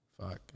fuck